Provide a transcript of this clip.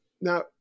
Now